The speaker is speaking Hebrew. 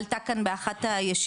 עלתה כאן באחת הישיבות,